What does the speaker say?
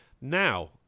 Now